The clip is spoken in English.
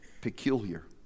peculiar